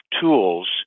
tools